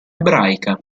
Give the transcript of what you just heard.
ebraica